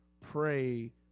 Pray